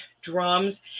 drums